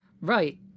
right